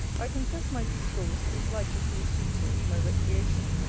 i confess my discourse is like to prove suitable to my recreation,